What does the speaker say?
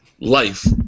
life